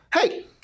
hey